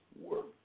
work